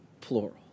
plural